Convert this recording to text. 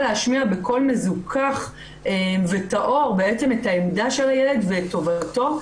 להשמיע בקול מזוכך וטהור את העמדה של הילד ואת טובתו,